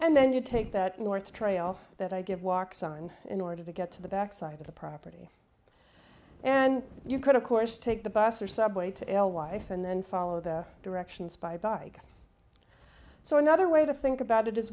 and then you take that north trail that i give walk sign in order to get to the back side of the property and you could of course take the bus or subway to alewife and then follow the directions by bike so another way to think about it is